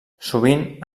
sovint